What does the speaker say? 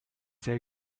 they